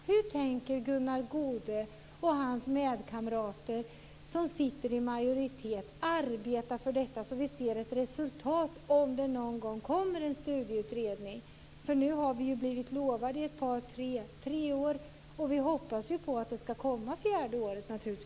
Hur tänker Gunnar Goude och hans kamrater i majoriteten arbeta för detta så att vi ser ett resultat, om det nu någon gång kommer en studieutredning? Vi har ju blivit lovade en sådan i tre år. Naturligtvis hoppas vi att den skall komma det fjärde året.